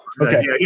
Okay